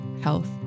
health